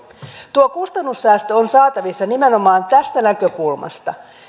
tuo kustannussäästö on saatavissa nimenomaan tästä näkökulmasta